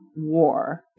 war